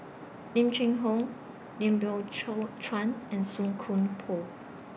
Lim Cheng Hoe Lim Biow Chuan and Song Koon Poh